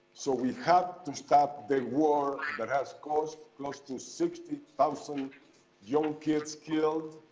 so we have to stop the war that has caused close to sixty thousand young kids killed,